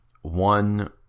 one